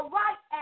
right